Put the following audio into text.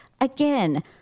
again